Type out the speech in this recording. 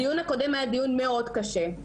הדיון הקודם היה דיון מאוד קשה,